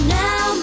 now